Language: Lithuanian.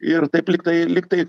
ir taip lyg tai lyg tai